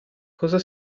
cosa